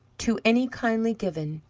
to any kindly given.